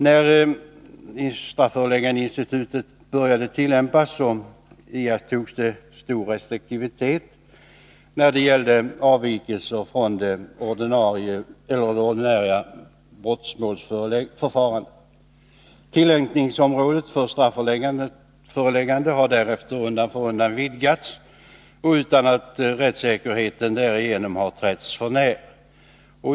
När strafföreläggandeinstitutet började tillämpas iakttogs stor restriktivitet när det gällde avvikelser från det ordinära brottmålsförfarandet. Tillämpningsområdet för strafföreläggande har därefter undan för undan vidgats, utan att rättssäkerheten därigenom har trätts för när.